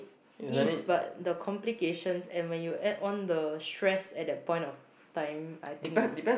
is but the complications and when you add on the stress at that point of time I think its